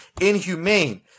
inhumane